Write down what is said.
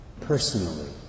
personally